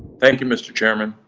thank you, mr. chairman.